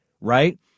right